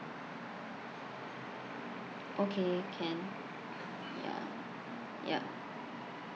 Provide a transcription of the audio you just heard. okay can ya yup